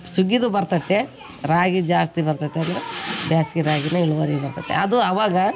ಸುಗ್ಗಿದು ಬರ್ತತೆ ರಾಗಿ ಜಾಸ್ತಿ ಬರ್ತತೆ ಅಂದ್ರೆ ಬೇಸ್ಗಿ ರಾಗಿನೇ ಇಳುವರಿ ಬರ್ತತೆ ಅದು ಆವಾಗ